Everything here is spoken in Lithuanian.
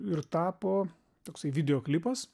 ir tapo toksai videoklipas